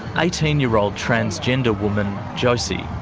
eighteen year old transgender woman josie.